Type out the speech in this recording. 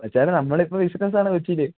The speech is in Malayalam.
മച്ചാനെ നമ്മളിപ്പോൾ ബിസ്സിനെസ്സ് ആണ് കൊച്ചിയിൽ